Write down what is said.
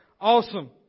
Awesome